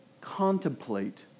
contemplate